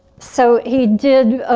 so he did,